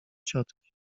ciotki